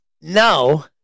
No